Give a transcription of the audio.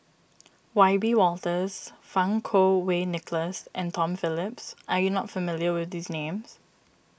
Wiebe Wolters Fang Kuo Wei Nicholas and Tom Phillips are you not familiar with these names